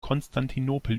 konstantinopel